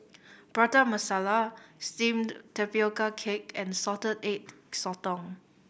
Prata Masala Steamed Tapioca Cake and Salted Egg Sotong